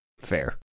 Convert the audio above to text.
Fair